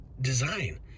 design